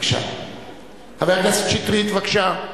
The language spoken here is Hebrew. חבר הכנסת שטרית, בבקשה.